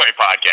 podcast